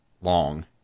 long